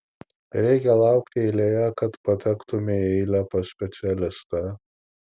reikia laukti eilėje kad patektumei į eilę pas specialistą